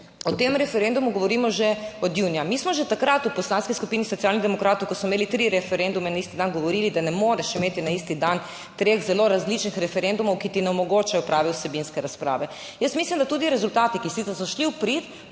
o tem referendumu govorimo že od junija, mi smo že takrat v Poslanski skupini Socialnih demokratov, ko smo imeli tri referendume na isti dan, govorili, da ne moreš imeti na isti dan treh zelo različnih referendumov, ki ti ne omogočajo prave vsebinske razprave. Jaz mislim, da tudi rezultati, ki sicer so šli v prid,